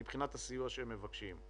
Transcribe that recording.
מבחינת הסיוע שהם מבקשים,